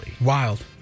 Wild